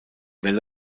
welle